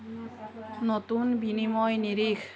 নতুন বিনিময় নিৰিখ